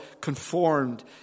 conformed